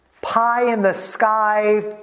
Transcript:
Pie-in-the-sky